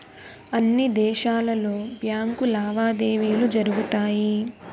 అన్ని దేశాలలో బ్యాంకు లావాదేవీలు జరుగుతాయి